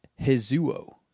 hezuo